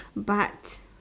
but